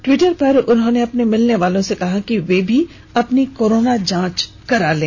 Twitter पर उन्होंने अपने मिलने वालों से कहा है कि वे भी अपनी कोरोना जांच करवा लें